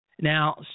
Now